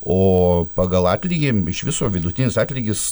o pagal atlygį iš viso vidutinis atlygis